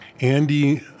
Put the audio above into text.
Andy